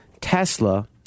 Tesla